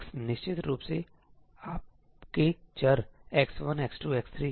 x निश्चित रूप से आपके चर x1 x2 x3 है सही